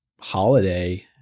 holiday